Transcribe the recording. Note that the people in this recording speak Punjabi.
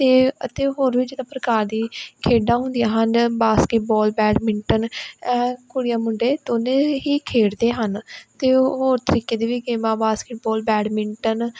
ਅਤੇ ਅਤੇ ਹੋਰ ਵੀ ਜਿੱਦਾਂ ਪ੍ਰਕਾਰ ਦੀ ਖੇਡਾਂ ਹੁੰਦੀਆਂ ਹਨ ਬਾਸਕਟਬਾਲ ਬੈਡਮਿੰਟਨ ਕੁੜੀਆਂ ਮੁੰਡੇ ਦੋਨੇ ਹੀ ਖੇਡਦੇ ਹਨ ਅਤੇ ਉਹ ਹੋਰ ਤਰੀਕੇ ਦੇ ਵੀ ਗੇਮਾਂ ਬਾਸਕਿਟਬਾਲ ਬੈਡਮਿੰਟਨ